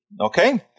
Okay